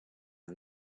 and